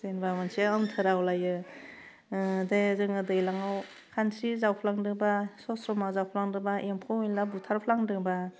जेनेबा मोनसे ओन्थोराव लायो दे जोङो दैलाङाव खानस्रि जावफ्लांदोंबा सस्रमा जावफ्लांदोंबा एम्फौ एनला बुथारफ्लांदोंबा